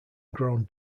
grown